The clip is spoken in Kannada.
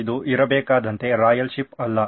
ಇದು ಇರಬೇಕಾದಂತೆ ರಾಯಲ್ ಶಿಪ್ ಅಲ್ಲ